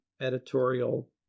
editorial